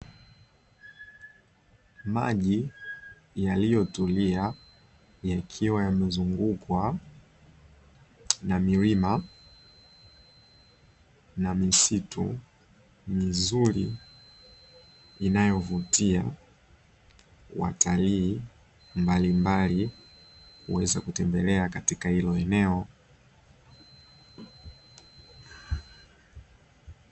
Maji yaliyotulia yakiwa yamezungukwa na milima na misitu mizuri inayovutia watalii mbalimbali waweze kutembelea katika hilo eneo.